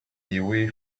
away